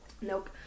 Nope